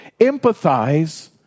empathize